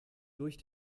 durch